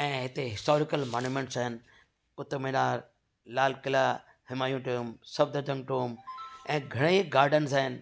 ऐं हिते historical monuments आहिनि कुतूब मिनार लाल किला हिमायू टूयोम्ब सबदरजन टोम्ब ऐं घणेई गाडन्स आइन